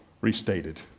restated